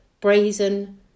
brazen